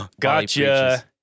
Gotcha